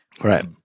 Right